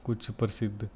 ਕੁਛ ਪ੍ਰਸਿੱਧ